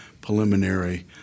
preliminary